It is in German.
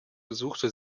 besuchte